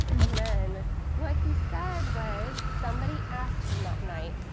and then what he said was somebody asked him that night,